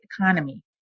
economy